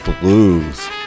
blues